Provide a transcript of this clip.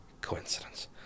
Coincidence